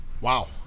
Wow